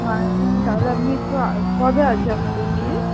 বানাতে তাহলে আপনি একটু কবে আছে আপনাদের বিয়ে